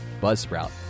Buzzsprout